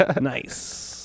nice